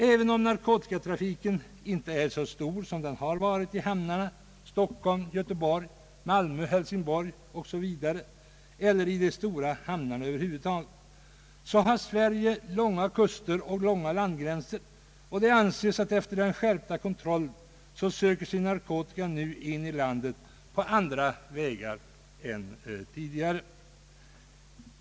även om narkotikatrafiken inte är så stor som den har varit i hamnarna i Stockholm, Göteborg, Malmö, Hälsingborg eller i de stora hamnarna över huvud taget, så har Sverige långa kuster och långa landgränser, och det anses att narkotikan efter den skärpta kontrollen nu söker sig in i landet på andra vägar än tidigare.